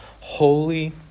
holy